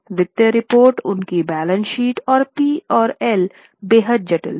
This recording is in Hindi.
वित्तीय रिपोर्ट उनकी बैलेंस शीट और पी और एल बेहद जटिल थे